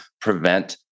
prevent